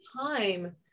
time